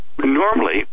normally